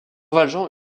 valjean